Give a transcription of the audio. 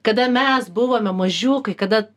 kada mes buvome mažiukai kada